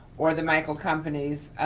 or the michael companies